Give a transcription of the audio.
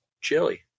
chili